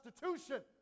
constitution